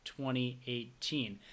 2018